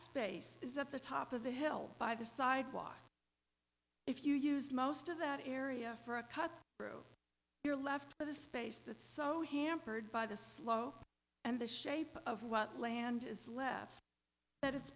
space is at the top of the hill by the sidewalk if you used most of that area for a cut through your left of the space that so hampered by the slow and the shape of what land is left at i